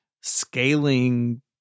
scaling